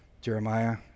Jeremiah